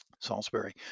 Salisbury